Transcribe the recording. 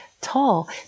tall